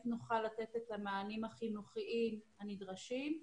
נוכל לתת את המענים החינוכיים הנדרשים,